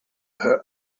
her